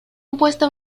impuesta